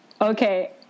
Okay